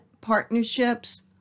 partnerships